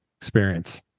experience